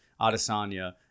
Adesanya